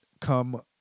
come